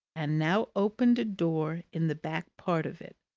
and now opened a door in the back part of it,